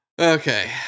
Okay